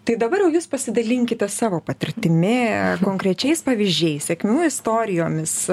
tai dabar jau jus pasidalinkite savo patirtimi konkrečiais pavyzdžiais sėkmių istorijomis